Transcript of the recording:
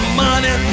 money